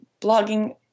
blogging